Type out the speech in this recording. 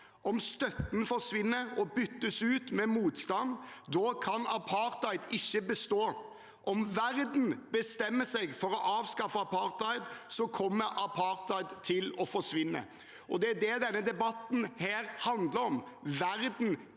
Om støtten forsvinner og byttes ut med motstand, kan apartheid ikke bestå. Om verden bestemmer seg for å avskaffe apartheid, kommer apartheid til å forsvinne. Det er det denne debatten handler om. Verden